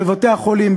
בבתי-החולים,